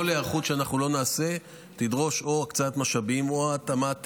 כל היערכות שאנחנו לא נעשה תדרוש או הקצאת משאבים או התאמה,